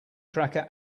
tracker